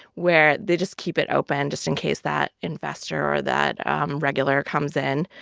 where they just keep it open just in case that investor or that regular comes in.